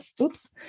oops